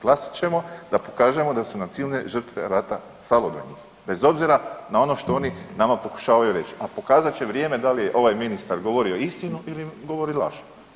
Glasat ćemo da pokažemo da su nam civilne žrtve rata stalo do njih bez obzira na ono što oni nama pokušavaju reći, a pokazat će vrijeme da li je ovaj ministar govorio istinu ili govori laž.